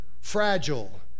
fragile